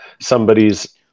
Somebody's